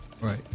Right